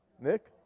Nick